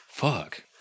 Fuck